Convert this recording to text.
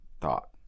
thought